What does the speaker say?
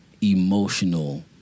emotional